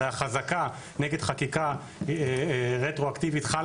הרי החזקה נגד חקיקה רטרואקטיבית חלה